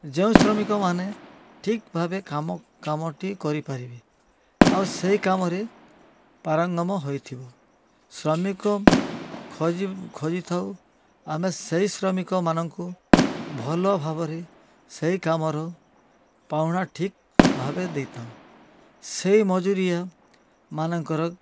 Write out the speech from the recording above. ଯେଉଁ ଶ୍ରମିକମାନେ ଠିକ୍ ଭାବେ କାମ କାମଟି କରିପାରିବେ ଆଉ ସେଇ କାମରେ ପାରାଙ୍ଗମ ହୋଇଥିବ ଶ୍ରମିକ ଖୋଜି ଖୋଜିଥାଉ ଆମେ ସେଇ ଶ୍ରମିକମାନଙ୍କୁ ଭଲଭାବରେ ସେଇ କାମର ପାଉଣା ଠିକ୍ ଭାବେ ଦେଇଥାଉ ସେଇ ମଜୁରିଆ ମାନଙ୍କର